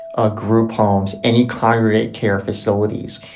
ah group homes, any congregate care facilities.